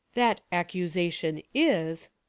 that accusation is,